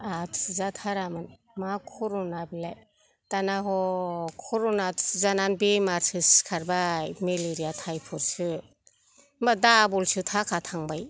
आंहा थुजाथारामोन मा कर'ना बेलाय दाना ह कर'ना थुजानानै बेमारसो सिखारबाय मेलेरिया टाइपटसो होमबा डाबलसो थाखा थांबाय